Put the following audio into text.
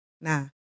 Nah